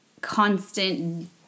constant